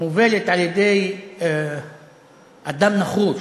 מובלת על-ידי אדם נחוש